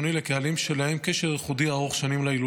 קהלים שלהם קשר ייחודי ארוך שנים להילולה